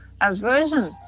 aversion